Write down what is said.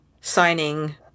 signing